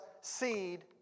seed